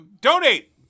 Donate